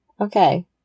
okay